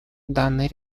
данной